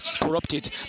corrupted